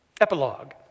Epilogue